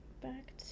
back